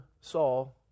Saul